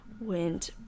went